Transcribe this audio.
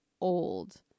old